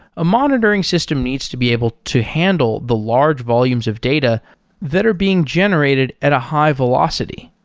a monitoring system needs to be able to handle the large volumes of data that are being generated at a high-velocity.